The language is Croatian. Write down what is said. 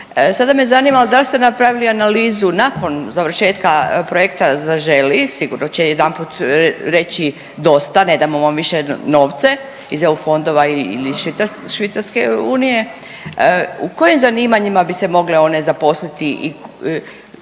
Sada me zanima da li ste napravili analizu nakon završetka projekta Zaželi, sigurno će jedanput reći dosta ne damo vam više novce iz EU fondova ili švicarske unije. U kojim zanimanjima bi se mogle one zaposliti i